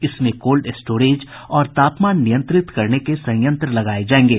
इसमें cold storage और तापमान नियंत्रित करने के संयंत्र लगाये जायेंगे